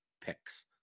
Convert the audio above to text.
picks